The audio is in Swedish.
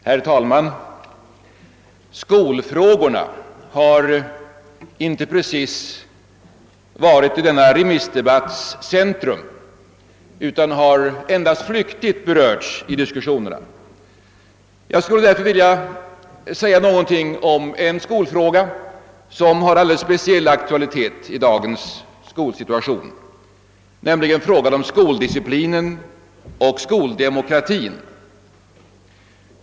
Herr talman! Skolfrågorna har inte precis varit i denna remissdebatts centrum utan har endast flyktigt berörts i diskussionerna. Jag skulle därför vilja säga någonting om en skolfråga, som har alldeles speciell aktualitet i dagens skolsituation, nämligen frågan om skoldisciplinen och skoldemokratin.